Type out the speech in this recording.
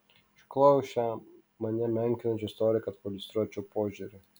išklojau šią mane menkinančią istoriją kad pailiustruočiau požiūrį